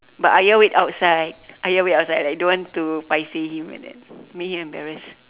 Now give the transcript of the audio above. but ayah wait outside ayah wait outside like don't want to paiseh him like that make him embarrassed